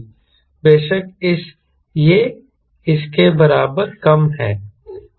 बेशक यह इसके बराबर कम है